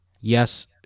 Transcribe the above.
Yes